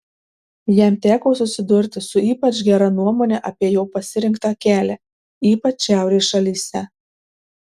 jam teko susidurti su ypač gera nuomone apie jo pasirinktą kelią ypač šiaurės šalyse